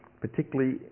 particularly